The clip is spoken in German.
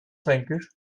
fränkisch